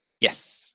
Yes